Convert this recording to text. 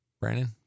Brandon